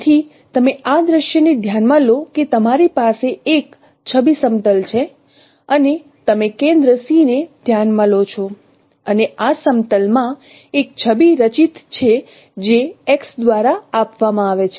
તેથી તમે આ દૃશ્યને ધ્યાનમાં લો કે તમારી પાસે એક છબી સમતલ છે અને તમે કેન્દ્ર C ને ધ્યાનમાં લો છો અને આ સમતલ માં એક છબી રચિત છે જે x દ્વારા આપવામાં આવે છે